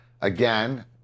again